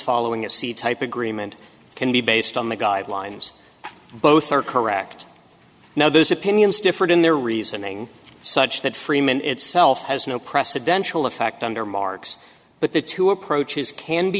following a c type agreement can be based on the guidelines both are correct now those opinions differed in their reasoning such that freeman itself has no precedential of fact under marx but the two approaches can be